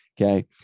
Okay